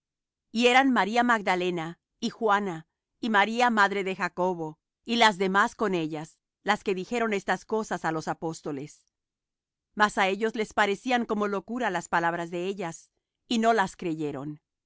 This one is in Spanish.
y eran maría magdalena y juana y maría madre de jacobo y las demás con ellas las que dijeron estas cosas á los apóstoles mas á ellos les parecían como locura las palabras de ellas y no las creyeron